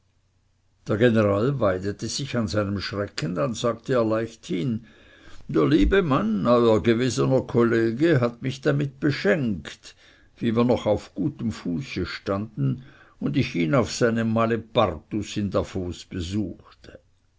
der general weidete sich an seinem schrecken dann sagte er leichthin der liebe mann euer gewesener kollege hat mich damit beschenkt wie wir noch auf gutem fuße standen und ich ihn auf seinem malepartus in davos besuchte